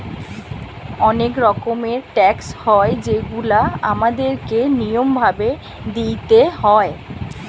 অনেক রকমের ট্যাক্স হয় যেগুলা আমাদের কে নিয়ম ভাবে দিইতে হয়